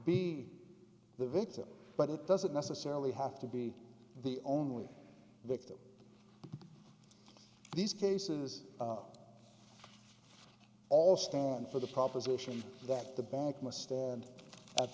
be the victim but it doesn't necessarily have to be the only victim these cases all stand for the proposition that the bank must stand at